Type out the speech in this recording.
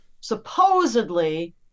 supposedly